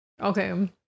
Okay